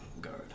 guard